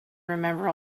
remember